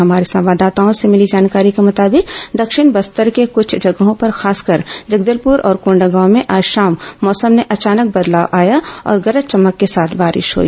हमारे संवाददाताओं से भिली जानकारी के मुताबिक दक्षिण बस्तर के कृष्ठ जगहों पर खासकर जगदलपुर और कोंडागांव में आज शाम मौसम में अचानक बदलाव आया और गरज चमक के साथ बारिश हई